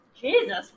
Jesus